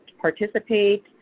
participate